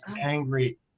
angry